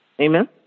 amen